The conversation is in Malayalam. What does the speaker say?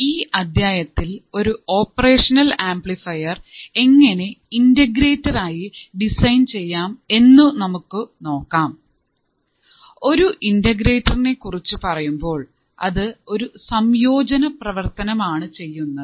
ഈ അദ്ധ്യായത്തിൽ ഒരു ഓപ്പറേഷനൽ ആംപ്ലിഫൈർ എങ്ങനെ ഇന്റഗ്രേറ്റർ ആയി ഡിസൈൻ ചെയ്യാം എന്ന് നമുക്ക് നോക്കാം ഒരു ഇന്റഗ്രേറ്ററിനെ കുറിച്ച് പറയുമ്പോൾ അത് ഒരു സംയോജന പ്രവർത്തനമാണ് ചെയ്യുന്നത്